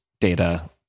data